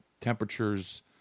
temperatures